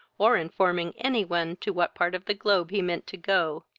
or informing any one to what part of the globe he meant to go,